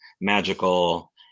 magical